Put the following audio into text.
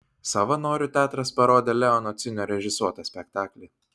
savanorių teatras parodė leono ciunio režisuotą spektaklį